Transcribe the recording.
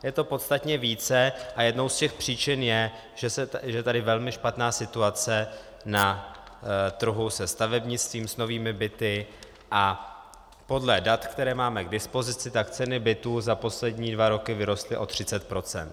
Je to podstatně více a jednou z těch příčin je, že je tady velmi špatná situace na trhu se stavebnictvím, s novými byty, a podle dat, která máme k dispozici, ceny bytů za poslední dva roky vyrostly o 30 %.